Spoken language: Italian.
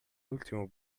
l’ultimo